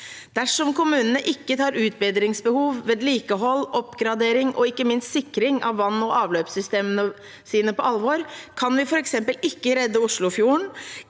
Dersom kommunene ikke tar utbedringsbehov, vedlikehold, oppgradering og ikke minst sikring av vann- og avløpssystemene sine på alvor, kan vi f.eks. ikke redde Oslofjorden,